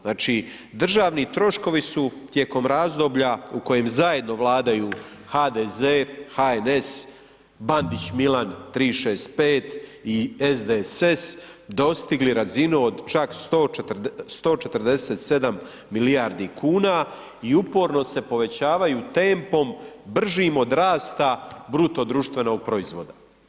Znači državni troškovi su tijekom razdoblja u kojem zajedno vladaju HDZ, HNS, Bandić Milan 365 i SDSS dostigli razinu od čak 147 milijardi kuna i uporno se povećavaju tempom bržim od rasta bruto društvenog proizvoda.